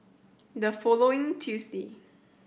the following Tuesday